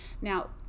Now